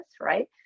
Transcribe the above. right